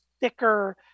thicker